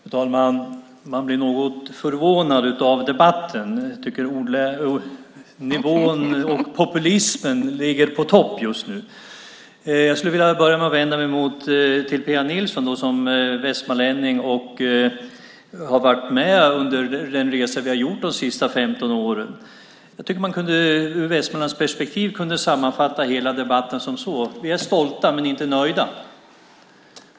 Fru talman! Man blir något förvånad av debatten. Jag tycker att nivån och populismen ligger på topp just nu. Jag skulle vilja börja med att vända mig till Pia Nilsson som västmanlänning som har varit med under den resa som vi har gjort under de senaste 15 åren. Jag tycker att man ur Västmanlandsperspektiv kan sammanfatta hela debatten så här: Vi är stolta men inte nöjda.